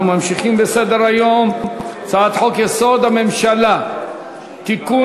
אנחנו ממשיכים בסדר-היום: הצעת חוק-יסוד: הממשלה (תיקון,